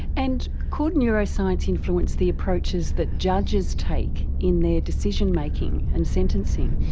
and could neuroscience influence the approaches that judges take in their decision-making and sentencing?